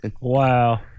wow